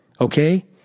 Okay